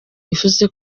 bivuze